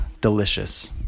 delicious